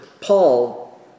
Paul